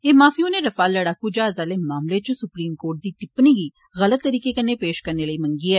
एह माफी उनें रफाल लड़ाकू ज्हाज आले मामले च सुप्रीम कोर्ट दी टिप्पणी गी गलत तरीके कन्नै पेश करने लेई मंगी ऐ